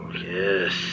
Yes